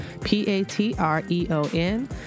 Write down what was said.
P-A-T-R-E-O-N